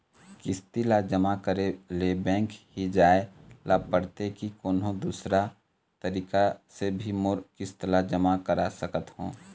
किस्त ला जमा करे ले बैंक ही जाए ला पड़ते कि कोन्हो दूसरा तरीका से भी मोर किस्त ला जमा करा सकत हो?